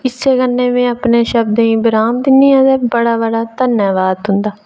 इस्सै कन्नै में अपने शब्दें गी विराम दिन्नी आं ते बड़ा बड़ा धन्नवाद तुं'दा